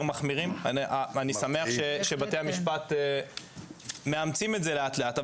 מחמירים ואני שמח שבתי המשפט מאמצים את זה לאט לאט,